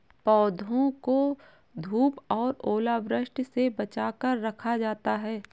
पौधों को धूप और ओलावृष्टि से बचा कर रखा जाता है